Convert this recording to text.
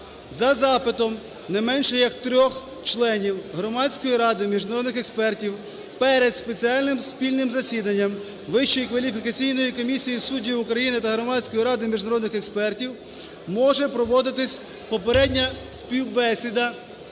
За запитом не менше як 3-х членів Громадської ради міжнародних експертів перед спеціальним спільним засіданням Вищої кваліфікаційної комісії суддів України та Громадської ради міжнародних експертів може проводитись попередня співбесіда